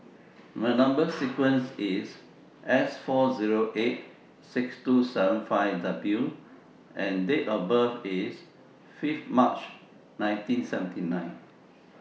Number sequence IS S four Zero eight six two seven five W and Date of birth IS five March nineteen seventy nine